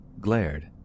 glared